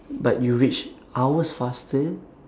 but you reach hours faster